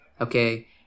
okay